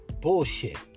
bullshit